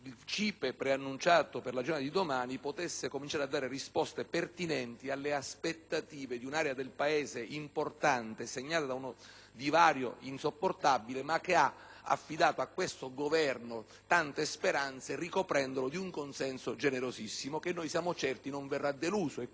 riunione preannunciata per la giornata di domani, potesse cominciare a dare risposte pertinenti alle aspettative di un'area del Paese importante, segnata da un divario insopportabile, ma che ha affidato a questo Governo tante speranze ricoprendolo di un consenso generosissimo che noi siamo certi non verrà deluso;